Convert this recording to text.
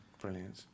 Brilliant